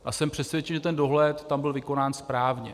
A jsem přesvědčen, že ten dohled tam byl vykonán správně.